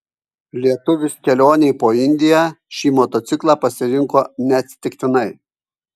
lietuvis kelionei po indiją šį motociklą pasirinko neatsitiktinai